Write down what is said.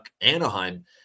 Anaheim